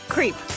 Creep